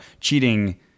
cheating